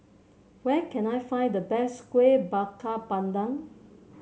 where can I find the best Kueh Bakar Pandan